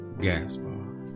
Gaspar